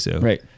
Right